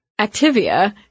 Activia